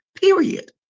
period